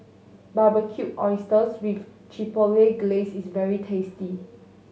Barbecued Oysters with Chipotle Glaze is very tasty